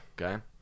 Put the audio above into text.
Okay